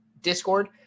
discord